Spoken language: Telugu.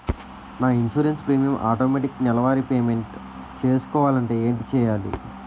నా ఇన్సురెన్స్ ప్రీమియం ఆటోమేటిక్ నెలవారి పే మెంట్ చేసుకోవాలంటే ఏంటి చేయాలి?